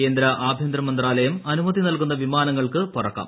കേന്ദ്ര ആഭ്യന്തര മന്ത്രാലയം അനുമതി നൽകുന്ന വിമാനങ്ങൾക്ക് പറക്കാം